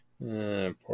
Poor